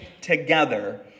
together